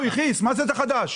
"חדש"?